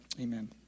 Amen